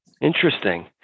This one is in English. interesting